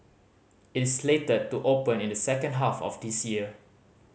it is slated to open in the second half of this year